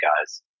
guys